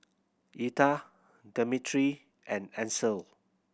Etha Dimitri and Ancel